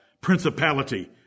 principality